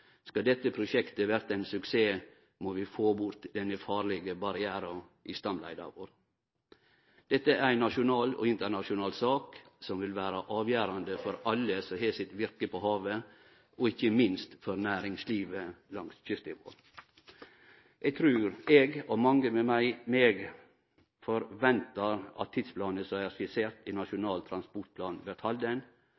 Skal dette prosjektet verte ein suksess, må vi få bort denne farlege barrieren i stamleia vår. Dette er ei nasjonal og internasjonal sak som vil vere avgjerande for alle som har sitt virke på havet, og ikkje minst for næringslivet langs kysten vår. Eg og mange med meg forventar at tidsplanen som er skissert i